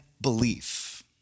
Belief